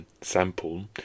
sample